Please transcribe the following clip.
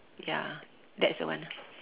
ya that's the one